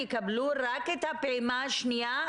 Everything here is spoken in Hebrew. הם יקבלו רק את הפעימה השנייה,